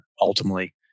ultimately